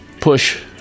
Push